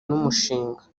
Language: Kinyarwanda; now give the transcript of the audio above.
n’umushinga